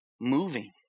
moving